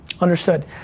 Understood